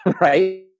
right